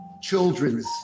children's